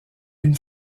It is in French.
une